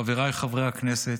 חבריי חברי הכנסת,